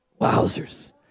wowzers